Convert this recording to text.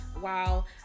wow